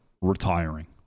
retiring